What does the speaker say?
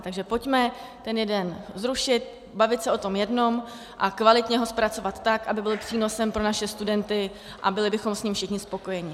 Takže pojďme ten jeden zrušit, bavit se o tom jednom a kvalitně ho zpracovat tak, aby byl přínosem pro naše studenty a byli bychom s ním všichni spokojeni.